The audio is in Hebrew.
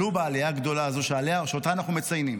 עלו בעלייה הגדולה הזו שאותה אנחנו מציינים.